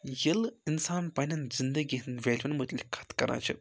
ییٚلہِ اِنسان پَنٕنٮ۪ن زِندگی ہِنٛدۍ ویلوَن مُتعلِق کَتھ کَران چھِ